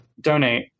donate